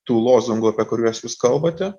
tų lozungų apie kuriuos jūs kalbate